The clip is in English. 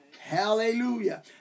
hallelujah